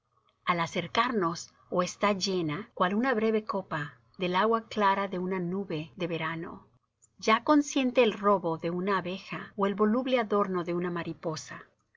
al acercarnos ó está llena cual una breve copa del agua clara de una nube de verano ya consiente el robo de una abeja ó el voluble adorno de una mariposa